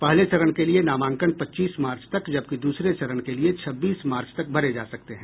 पहले चरण के लिये नामांकन पच्चीस मार्च तक जबकि दूसरे चरण के लिये छब्बीस मार्च तक भरे जा सकते हैं